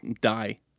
die